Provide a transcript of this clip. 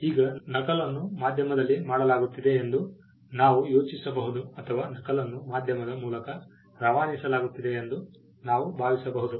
ಈಗ ನಕಲನ್ನು ಮಾಧ್ಯಮದಲ್ಲಿ ಮಾಡಲಾಗುತ್ತಿದೆ ಎಂದು ನಾವು ಯೋಚಿಸಬಹುದು ಅಥವಾ ನಕಲನ್ನು ಮಾಧ್ಯಮದ ಮೂಲಕ ರವಾನಿಸಲಾಗುತ್ತಿದೆ ಎಂದು ನಾವು ಭಾವಿಸಬಹುದು